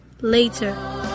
later